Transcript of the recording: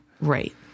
right